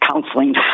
counseling